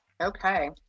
Okay